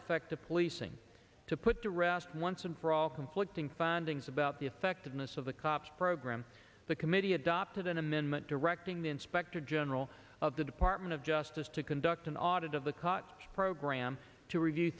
effective policing to put to rest once and for all conflicting findings about the effectiveness of the cops program the committee adopted an amendment directing the inspector general of the department of justice to conduct an audit of the cot program to review